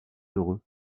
heureux